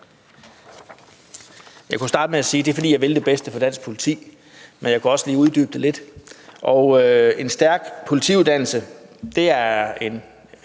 Jeg kunne starte med at sige, at det er, at jeg vil det bedste for dansk politi. Men jeg kunne også lige uddybe det lidt. Et stærk politiuddannelse er en